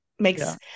makes